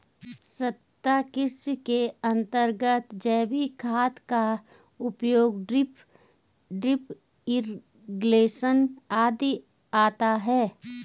सतत् कृषि के अंतर्गत जैविक खाद का उपयोग, ड्रिप इरिगेशन आदि आता है